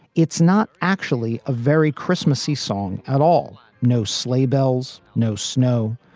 it's not actually a very christmasy song at all. no sleigh bells, no snow.